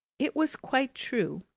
it was quite true,